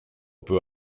peu